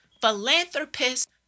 philanthropist